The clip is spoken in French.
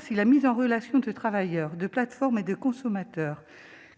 si la mise en relation de travailleurs, de plateformes et de consommateurs